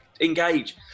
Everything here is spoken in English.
engage